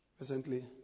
Recently